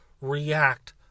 react